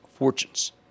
fortunes